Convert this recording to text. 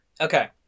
Okay